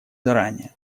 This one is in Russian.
заранее